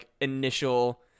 initial